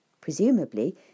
Presumably